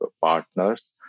partners